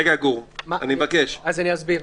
אני אסביר,